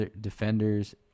defenders